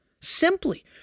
simply